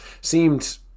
seemed